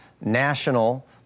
national